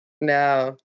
no